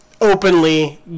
openly